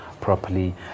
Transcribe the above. properly